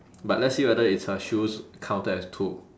but let's see whether is her shoes counted as two